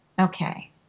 Okay